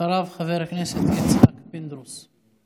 אחריו, חבר הכנסת יצחק פינדרוס.